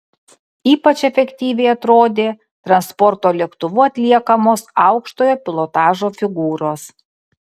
ypač efektyviai atrodė transporto lėktuvu atliekamos aukštojo pilotažo figūros